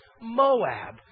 Moab